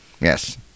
Yes